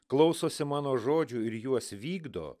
klausosi mano žodžių ir juos vykdo